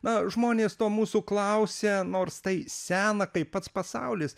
na žmonės to mūsų klausia nors tai sena kaip pats pasaulis